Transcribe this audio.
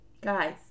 Guys